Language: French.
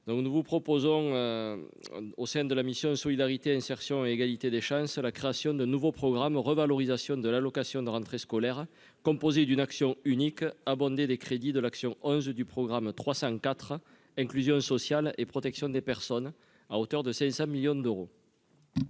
est donc proposé au sein de la mission « Solidarité, insertion et égalité des chances » la création d'un nouveau programme « Revalorisation de l'allocation de rentrée scolaire », composé d'une action unique, abondé des crédits de l'action 11 du programme 304, « Inclusion sociale et protection des personnes », à hauteur de 500 millions d'euros.